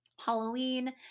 Halloween